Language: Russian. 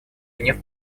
гнев